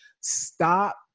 stop